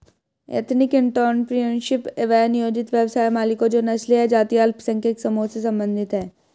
ethnic entrepreneurship, स्व नियोजित व्यवसाय मालिकों जो नस्लीय या जातीय अल्पसंख्यक समूहों से संबंधित हैं